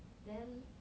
then